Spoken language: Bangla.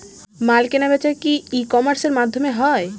মাল কেনাবেচা কি ভাবে ই কমার্সের মাধ্যমে হয়?